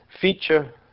feature